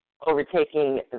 overtaking